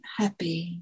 happy